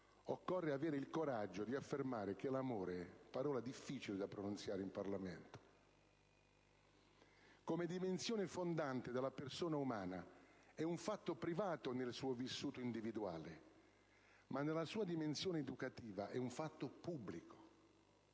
Occorre avere il coraggio di affermare che l'amore (parola difficile da pronunziare in Parlamento) come dimensione fondante della persona umana è un fatto privato nel suo vissuto individuale, ma nella dimensione educativa è un fatto pubblico,